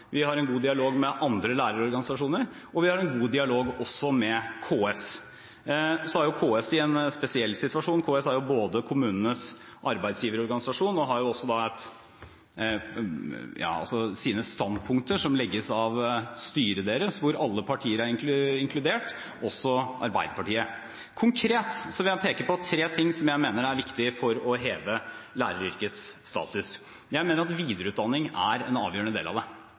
dialog med andre lærerorganisasjoner, og vi har også en god dialog med KS. Så er KS i en spesiell situasjon – KS er kommunenes arbeidsgiverorganisasjon og har sine standpunkter som legges av styret, hvor alle partier er inkludert, også Arbeiderpartiet. Konkret vil jeg peke på tre ting som jeg mener er viktig for å heve læreryrkets status. Jeg mener at videreutdanning er en avgjørende del av det.